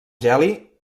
geli